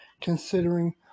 Considering